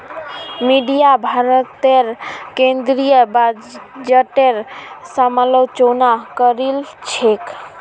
media भारतेर केंद्रीय बजटेर समालोचना करील छेक